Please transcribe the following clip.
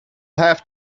have